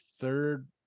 third